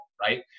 Right